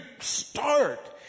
start